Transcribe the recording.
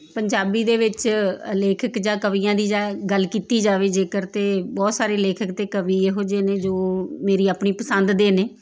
ਪੰਜਾਬੀ ਦੇ ਵਿੱਚ ਲੇਖਕ ਜਾਂ ਕਵੀਆਂ ਦੀ ਜਾਂ ਗੱਲ ਕੀਤੀ ਜਾਵੇ ਜੇਕਰ ਤਾਂ ਬਹੁਤ ਸਾਰੇ ਲੇਖਕ ਅਤੇ ਕਵੀ ਇਹੋ ਜਿਹੇ ਨੇ ਜੋ ਮੇਰੀ ਆਪਣੀ ਪਸੰਦ ਦੇ ਨੇ